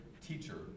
teacher